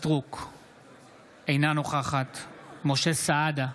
סטרוק, אינה נוכחת משה סעדה,